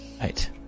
Right